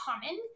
common